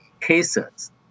cases